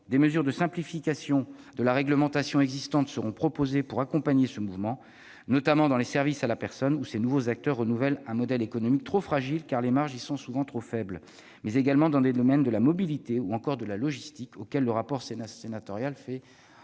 Des mesures de simplification de la réglementation existante seront proposées pour accompagner ce mouvement, notamment dans le secteur des services à la personne, où ces nouveaux acteurs renouvellent un modèle économique trop fragile, car les marges y sont trop faibles, mais également dans les domaines de la mobilité ou de la logistique, auxquels le rapport sénatorial fait à de